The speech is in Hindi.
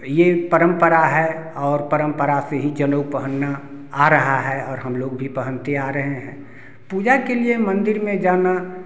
ये परंपरा है और परंपरा से ही जनेऊ पहनना आ रहा है और हम लोग भी पहनते आ रहे हैं पूजा के लिए मंदिर में जाना